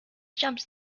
jumps